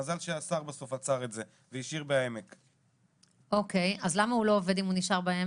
מזל שהשר עצר את זה והשאיר בבית חולים העמק.